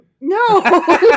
No